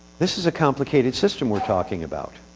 this is a complicated system we're talking about.